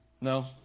No